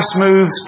Smooth